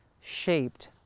shaped